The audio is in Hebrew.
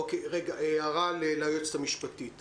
הערה ליועצת המשפטית של הוועדה.